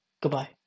Goodbye